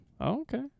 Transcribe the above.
okay